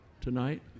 tonight